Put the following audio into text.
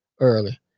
Early